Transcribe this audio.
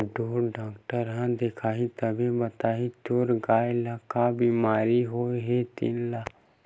ढ़ोर डॉक्टर ह देखही तभे बताही तोर गाय ल का बिमारी होय हे तेन ल